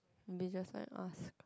maybe just like I ask